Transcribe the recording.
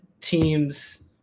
teams